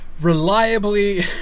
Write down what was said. reliably